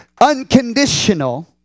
unconditional